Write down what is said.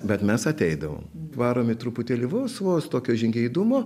bet mes ateidavom varomi truputėlį vos vos tokio žingeidumo